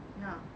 ya